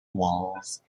walls